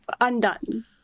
undone